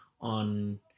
on